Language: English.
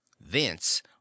thence